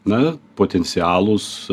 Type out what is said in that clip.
na potencialūs